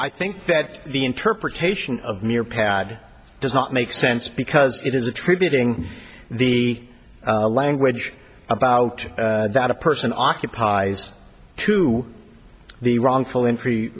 i think that the interpretation of mere pad does not make sense because it is attributing the language about that a person occupies to the wrongful in free